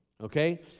okay